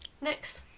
next